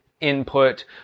input